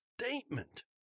statement